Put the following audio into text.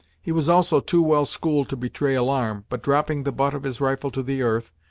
he was also too well schooled to betray alarm, but, dropping the butt of his rifle to the earth,